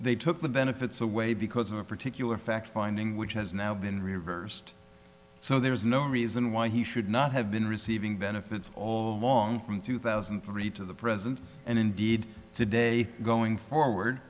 they took the benefits away because of a particular fact finding which has now been reversed so there is no reason why he should not have been receiving benefits all along from two thousand and three to the present and indeed today going forward